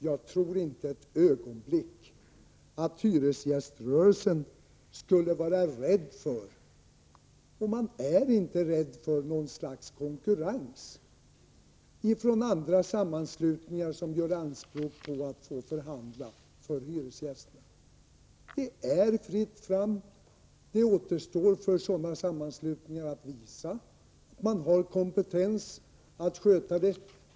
Jag tror inte ett ögonblick att hyresgäströrelsen skall behöva vara rädd för något slags konkurrens från andra sammanslutningar som gör anspråk på att få förhandla för hyresgästerna. Det är ju fritt fram. Det återstår för sådana sammanslutningar att visa att man har kompetensen att sköta det hela.